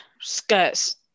skirts